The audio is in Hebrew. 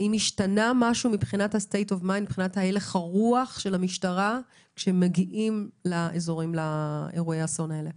האם השתנה משהו מבחינת הלך הרוח של המשטרה כשמגיעים לאירועי האסון האלה?